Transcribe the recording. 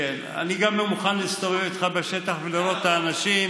אני גם מוכן להסתובב איתך בשטח ולראות את האנשים,